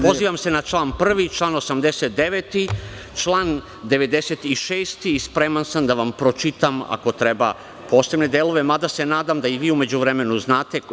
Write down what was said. Pozivam se na članove 1, 89. i 96. i spreman sam da vam pročitam, ako treba, posebne delove, mada se nadam da i vi u međuvremenu znate.